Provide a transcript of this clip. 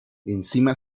encima